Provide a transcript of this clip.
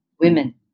women